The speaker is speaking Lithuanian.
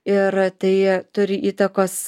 ir tai turi įtakos